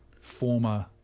former